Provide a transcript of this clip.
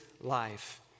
life